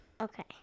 Okay